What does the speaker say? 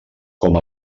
com